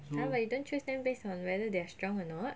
ya but you don't choose them based on whether they are strong or not